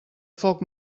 foc